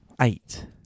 Eight